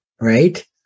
right